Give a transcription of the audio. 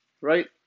right